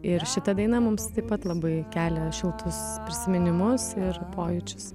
ir šita daina mums taip pat labai kelia šiltus prisiminimus ir pojūčius